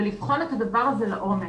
ולבחון את הדבר הזה לעומק,